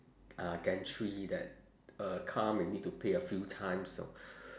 uh gantry that a car may need to pay a few times so